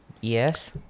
Yes